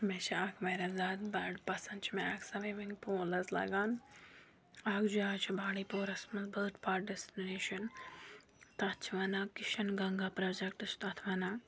مےٚ چھِ اَکھ واریاہ زیادٕ بٔڑ پَسَنٛد چھِ مےٚ اَکھ سوِمِنٛگ پوٗل حظ لَگان اَکھ جاے چھِ بانڈی پورَس مَنٛز بٔڑۍ بار ڈیسٹِنیشَن تَتھ چھِ وَنان کِشَن گَنٛگا پروجَکٹ چھِ تَتھ وَنان